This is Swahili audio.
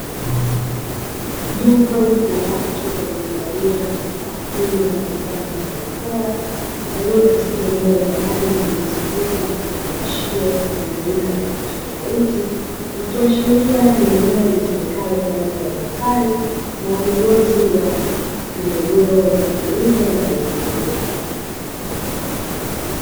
Jopo la watu waliovalia vifaa kinga mfano wa barakoa, waliopo katika eneo la ndani lililozungukwa na vifungashio vya aina tofautitofauti. Ikiashiria ni eneo litumikalo kwa ajili uhifadhi na ununuzi wa pembejeo za kilimo na mifugo.